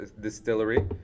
Distillery